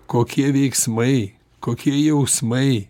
kokie veiksmai kokie jausmai